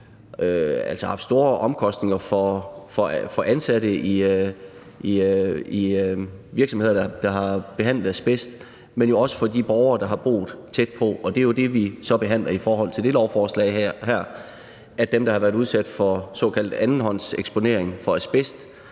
år har haft store omkostninger for ansatte i virksomheder, der har behandlet asbest, men jo også for de borgere, der har boet tæt på. Det er det, vi så behandler i det her lovforslag, nemlig dem, der har været udsat for såkaldt andenhåndseksponering for asbest,